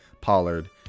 Pollard